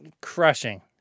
crushing